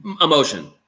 Emotion